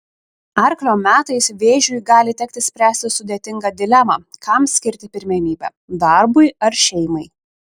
arklio metais vėžiui gali tekti spręsti sudėtingą dilemą kam skirti pirmenybę darbui ar šeimai